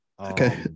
Okay